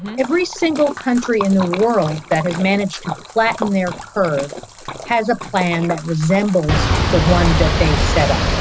every single country in the world that has managed to flatten their curb has a plan that resembles the one that they set up.